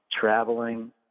traveling